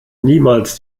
niemals